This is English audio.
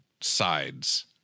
sides